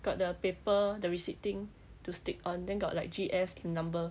got the paper the receipt thing to stick on then got like G_F number